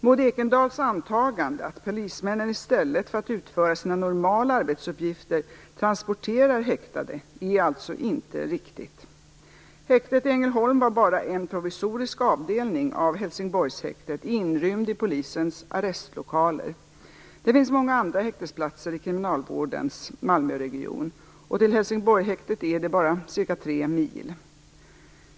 Maud Ekendahls antagande att polismännen i stället för att utföra sina normala arbetsuppgifter transporterar häktade är alltså inte riktigt. Häktet i Ängelholm var bara en provisorisk avdelning av Helsingborgshäktet, inrymd i polisens arrestlokaler. Det finns många andra häktesplatser i kriminalvårdens Malmöregion, och till Helsingborgshäktet är det bara cirka tre mil.